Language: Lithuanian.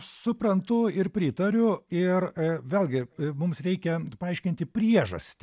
suprantu ir pritariu ir vėlgi mums reikia paaiškinti priežastį